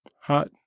Hot